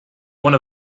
one